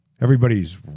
everybody's